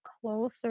closer